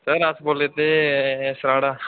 sir अस बोल्लै दे साढ़ा